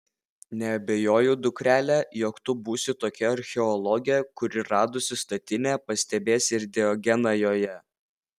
neabejoju dukrele jog tu būsi tokia archeologė kuri radusi statinę pastebės ir diogeną joje